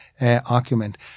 argument